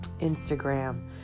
Instagram